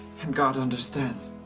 and god understands.